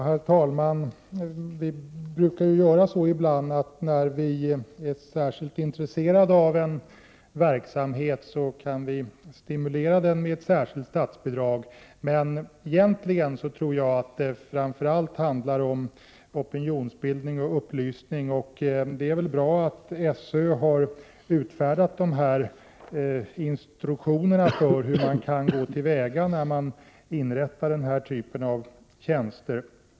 Herr talman! Vi brukar ibland göra så att när vi är särskilt intresserade av en verksamhet kan vi stimulera den med ett särskilt statsbidrag. Men egentligen tror jag att det här framför allt handlar om opinionsbildning och upplysning. Det är väl bra att SÖ har utfärdat dessa instruktioner för hur man kan gå till väga när man inrättar denna typ av tjänster.